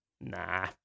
Nah